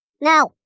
no